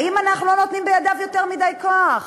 האם אנחנו לא נותנים בידיו יותר מדי כוח?